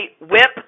whip